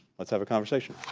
let's have a conversation.